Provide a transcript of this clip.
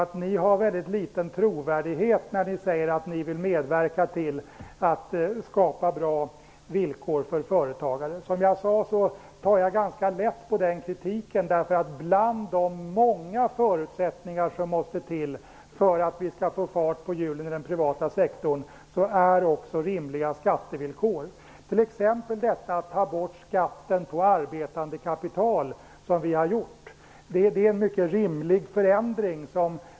Ni har därför väldigt liten trovärdighet när ni säger att ni vill medverka till att skapa bra villkor för företagare. Som jag sade tar jag ganska lätt på den kritiken. Bland de många förutsättningar som måste till för att vi skall få fart på hjulen i den privata sektorn, ingår nämligen också rimliga skattevillkor. Att t.ex. ta bort skatten på arbetande kapital, som vi har gjort, är en mycket rimlig förändring.